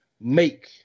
make